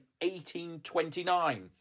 1829